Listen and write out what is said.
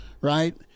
right